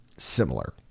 similar